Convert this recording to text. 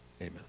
Amen